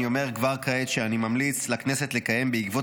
אני אומר כבר כעת שאני ממליץ לכנסת לקיים בעקבות